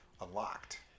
unlocked